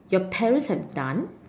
your parents have done